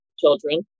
children